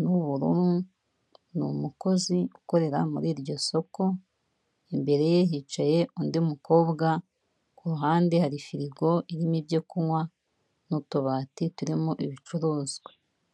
n'ubururu ni umukozi ukorera muri iryo soko imbere ye hicaye undi mukobwa kuruhande hari firigo irimo ibyo kunywa n'utubati turimo ibicuruzwa.